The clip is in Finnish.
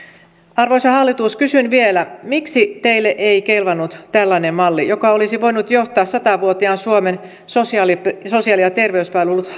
arvoisa hallitus kysyn vielä miksi teille ei kelvannut tällainen malli joka olisi voinut johtaa sata vuotiaan suomen sosiaali ja terveyspalvelut